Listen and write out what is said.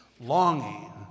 Longing